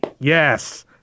yes